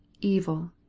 evil